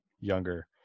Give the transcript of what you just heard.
younger –